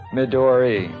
Midori